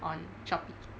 on shopee